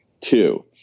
Two